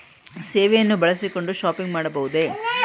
ಸೇವೆಯನ್ನು ಬಳಸಿಕೊಂಡು ಶಾಪಿಂಗ್ ಮಾಡಬಹುದೇ?